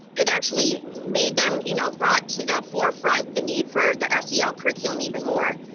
it actually made them, you know, brought to the forefront, the need for the spl curriculum even more,